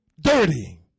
dirty